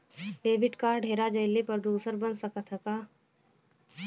Debit card हेरा जइले पर दूसर बन सकत ह का?